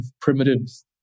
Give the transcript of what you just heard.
primitives